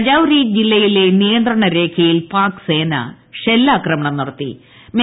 രജൌരി ജില്ലയിലെ നിയന്ത്രണരേഖയിൽ പാക്സേന ഷെല്ലാക്രമണം നടത്തി്